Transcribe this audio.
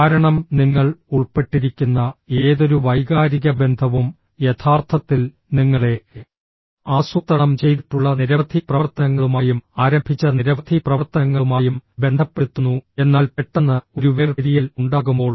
കാരണം നിങ്ങൾ ഉൾപ്പെട്ടിരിക്കുന്ന ഏതൊരു വൈകാരിക ബന്ധവും യഥാർത്ഥത്തിൽ നിങ്ങളെ ആസൂത്രണം ചെയ്തിട്ടുള്ള നിരവധി പ്രവർത്തനങ്ങളുമായും ആരംഭിച്ച നിരവധി പ്രവർത്തനങ്ങളുമായും ബന്ധപ്പെടുത്തുന്നു എന്നാൽ പെട്ടെന്ന് ഒരു വേർപിരിയൽ ഉണ്ടാകുമ്പോൾ